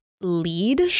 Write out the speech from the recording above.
lead